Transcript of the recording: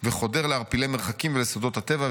וחודר לערפילי מרחקים ולסודות הטבע,